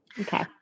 Okay